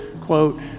quote